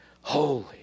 holy